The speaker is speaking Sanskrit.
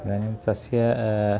इदानीं तस्य